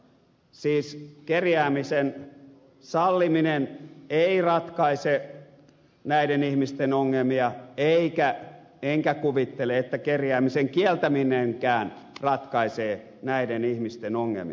siis kerjäämisen salliminen ei ratkaise näiden ihmisten ongelmia enkä kuvittele että kerjäämisen kieltäminenkään ratkaisee näiden ihmisten ongelmia